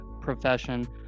profession